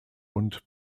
und